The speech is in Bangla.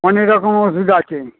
অনেক রকম ওষুধ আছে